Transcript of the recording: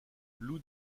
loup